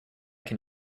can